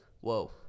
whoa